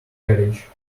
garage